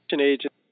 agent